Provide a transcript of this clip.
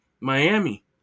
Miami